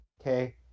okay